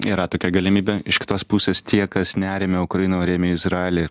yra tokia galimybė iš kitos pusės tie kas neremia ukrainą o rėmė izraelį